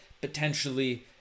potentially